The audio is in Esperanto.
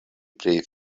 pri